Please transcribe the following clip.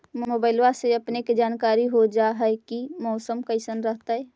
मोबाईलबा से अपने के जानकारी हो जा है की मौसमा कैसन रहतय?